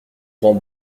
grand